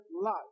life